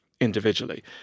individually